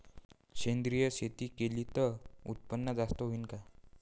सेंद्रिय शेती केली त उत्पन्न जास्त होईन का?